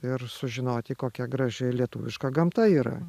ir sužinoti kokia graži lietuviška gamta yra